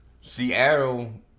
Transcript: Seattle